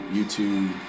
YouTube